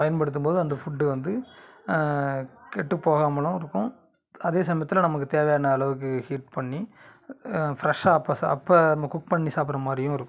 பயன்படுத்தும் போது அந்த ஃபுட்டு வந்து கெட்டு போகாமலும் இருக்கும் அதே சமயத்தில் நமக்கு தேவையான அளவுக்கு ஹீட் பண்ணி ஃப்ரெஷ்ஷாக அப்போ சாப் அப்போ நம்ம குக் பண்ணி சாப்பிட்ற மாதிரியும் இருக்கும்